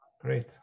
great